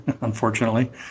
unfortunately